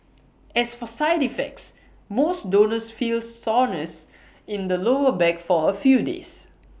as for side effects most donors feel soreness in the lower back for A few days